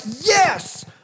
yes